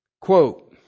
Quote